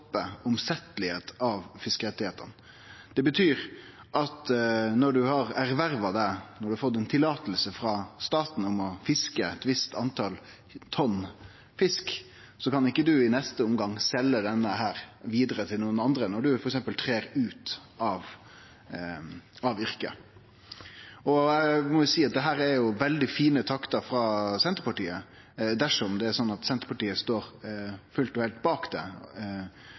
stoppe omsetning av fiskerettane. Det betyr at når ein har fått eit løyve frå staten til å fiske eit visst tal tonn fisk, kan ein ikkje i neste omgang selje det vidare til nokon andre når ein f.eks. trer ut av yrket. Dette er veldig fine takter frå Senterpartiet, dersom det er slik at Senterpartiet står fullt og heilt bak det.